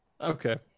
Okay